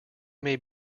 may